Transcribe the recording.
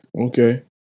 Okay